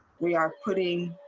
we are putting.